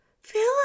Philip